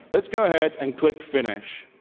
let's go ahead and click finish.